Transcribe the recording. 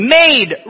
made